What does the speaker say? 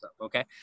okay